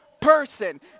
person